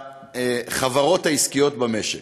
מהחברות העסקיות במשק.